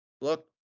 look